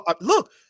Look